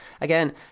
again